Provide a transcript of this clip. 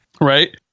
Right